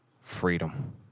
freedom